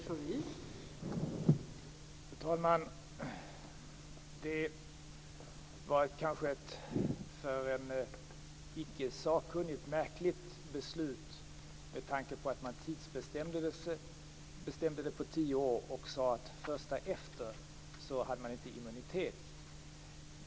Fru talman! Det var kanske ett för en icke sakkunnig märkligt beslut med tanke på att man tidsbestämde det till tio år och sade att först därefter upphör immuniteten.